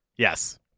Yes